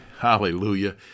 Hallelujah